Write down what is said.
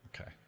Okay